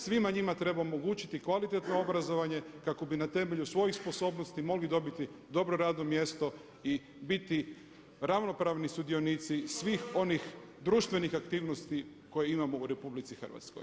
Svima njima treba omogućiti kvalitetno obrazovanje kako bi na temelju svojih sposobnosti mogli dobiti dobro radno mjesto i biti ravnopravni sudionici svih onih društvenih aktivnosti koje imamo u RH.